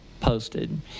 posted